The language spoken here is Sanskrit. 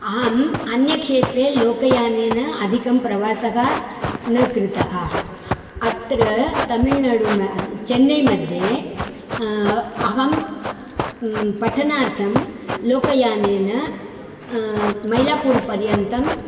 अहं अन्यक्षेत्रे लोकयानेन अधिकं प्रवासः न कृतः अत्र तमिळ्नाडुं चन्नैमध्ये अहं पठनार्थं लोकयानेन मैलापुरपर्यन्तम्